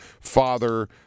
father